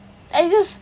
I just